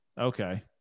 Okay